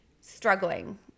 struggling